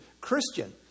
Christian